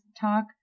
talk